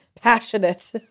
passionate